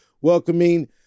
welcoming